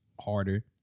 harder